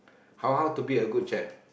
how how to be a good chef